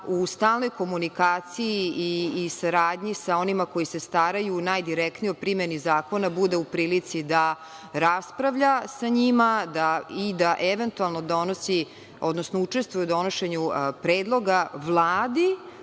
u stalnoj komunikaciji i saradnji sa onima koji se staraju u najdirektnijoj primeni zakona bude u prilici da raspravlja sa njima i da eventualno donosi, odnosno učestvuje u donošenju predloga Vladi,